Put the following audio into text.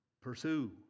Pursue